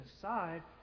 aside